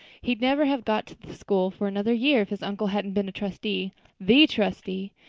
he'd never have got the school for another year if his uncle hadn't been a trustee the trustee,